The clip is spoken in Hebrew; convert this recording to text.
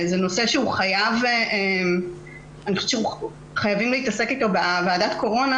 זה נושא שחייבים לעסוק בו בוועדת הקורונה,